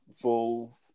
full